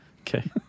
Okay